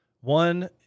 One